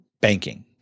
banking